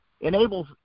enables